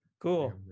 cool